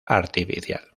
artificial